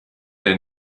der